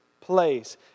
place